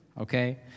okay